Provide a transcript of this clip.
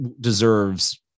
deserves